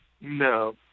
No